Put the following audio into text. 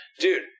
Dude